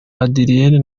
adrien